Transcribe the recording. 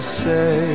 say